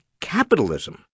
capitalism